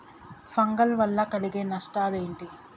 Fungal వల్ల కలిగే నష్టలేంటి?